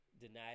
denied